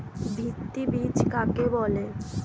ভিত্তি বীজ কাকে বলে?